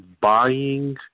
buying